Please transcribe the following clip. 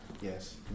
Yes